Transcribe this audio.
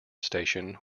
station